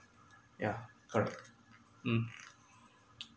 yeah correct mm